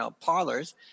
parlors